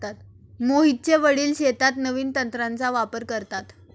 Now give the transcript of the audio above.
मोहितचे वडील शेतीत नवीन तंत्राचा वापर करतात